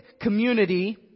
community